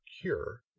cure